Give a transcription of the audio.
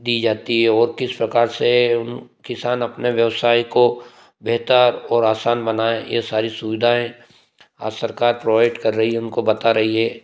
दी जाती है और किस प्रकार से उन किसान अपने व्यवसाय को बेहतर और आसान बनाए ये सारी सुविधाएँ आज सरकार प्रोवाइड कर रही है उनको बता रही है